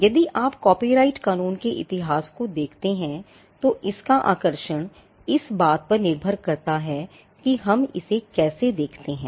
यदि आप कॉपीराइट कानून के इतिहास को देखते हैं तो इसका आकर्षण इस पर निर्भर करता है कि हम इसे कैसे देखते हैं